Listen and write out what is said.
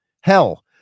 Hell